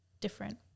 different